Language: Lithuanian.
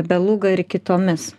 beluga ir kitomis